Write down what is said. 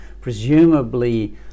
presumably